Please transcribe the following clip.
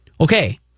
Okay